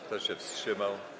Kto się wstrzymał?